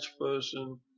person